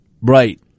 Right